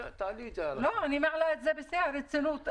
אני מעלה את זה בשיא הרצינות.